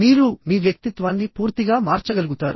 మీరు మీ వ్యక్తిత్వాన్ని పూర్తిగా మార్చగలుగుతారు